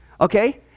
okay